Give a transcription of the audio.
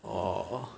orh